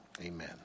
Amen